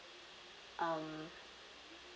um